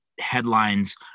headlines